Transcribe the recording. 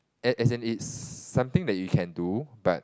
as as in is something that you can do but